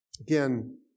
Again